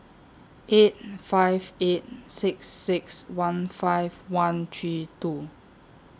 eight five eight six six one five one three two